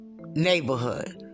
Neighborhood